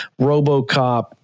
RoboCop